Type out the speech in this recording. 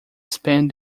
spent